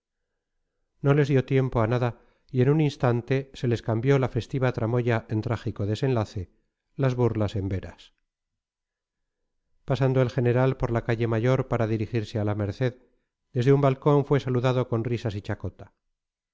no les dio tiempo a nada y en un instante se les cambió la festiva tramoya en trágico desenlace las burlas en veras pasando el general por la calle mayor para dirigirse a la merced desde un balcón fue saludado con risas y chacota